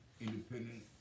independent